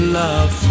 love